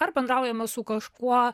ar bendraujame su kažkuo